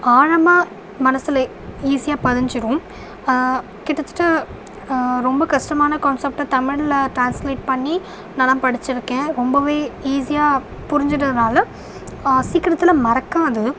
ஆழமாக மனதுல ஈசியாக பதிஞ்சிடும் கிட்டத்தட்ட ரொம்ப கஷ்டமான கான்செப்ட்டை தமிழில் ட்ரான்ஸ்லேட் பண்ணி நானெலாம் படித்திருக்கேன் ரொம்பவே ஈஸியாக புரிஞ்சுடுறதுனால சீக்கிரத்தில் மறக்காது